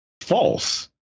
false